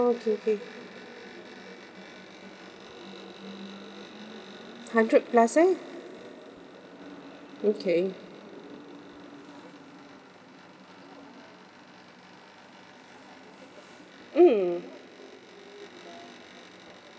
oh okay okay hundred plus eh okay mm